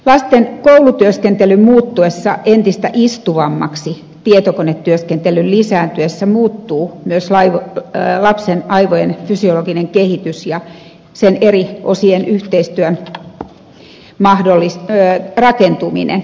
lasten koulutyöskentelyn muuttuessa entistä istuvammaksi tietokonetyöskentelyn lisääntyessä muuttuu myös lapsen aivojen fysiologinen kehitys ja sen eri osien yhteistyön rakentuminen